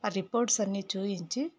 ఆ రిపోర్ట్స్ అన్ని చూపించి